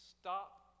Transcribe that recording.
stop